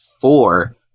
four